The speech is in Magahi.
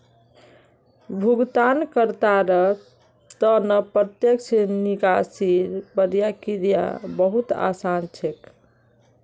भुगतानकर्तार त न प्रत्यक्ष निकासीर प्रक्रिया बहु त आसान छेक